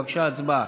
בבקשה, הצבעה.